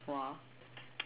!wah!